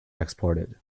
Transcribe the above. exported